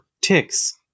ticks